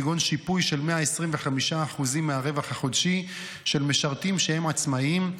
כגון שיפוי של 125% מהרווח החודשי של משרתים שהם עצמאים,